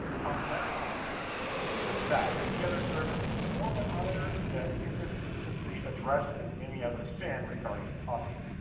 complementary audit services are just that, any other service performed by auditors that isn't specifically addressed in any other sin regarding auditing.